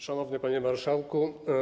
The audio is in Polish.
Szanowny Panie Marszałku!